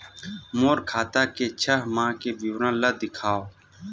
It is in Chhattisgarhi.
मोर खाता के छः माह के विवरण ल दिखाव?